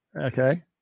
Okay